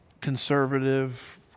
conservative